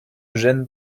gêne